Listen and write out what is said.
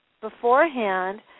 beforehand